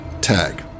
tag